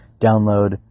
download